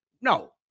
no